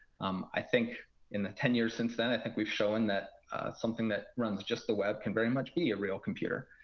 um i think in the ten years since then, i think we've shown that something that runs just the web can very much be a real computer.